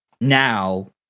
now